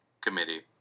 Committee